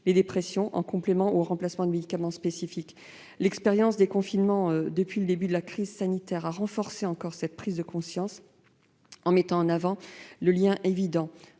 les dépressions, en complément ou en remplacement de médicaments spécifiques. L'expérience des confinements depuis le début de la crise sanitaire a encore renforcé cette prise de conscience, en mettant en avant un lien évident